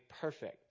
perfect